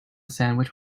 sandwich